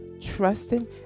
trusting